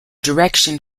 direction